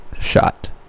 shot